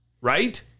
Right